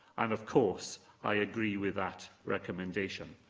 and of course i agree with that recommendation.